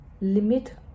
limit